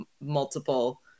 multiple